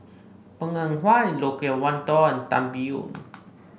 Png Eng Huat Loke Wan Tho and Tan Biyun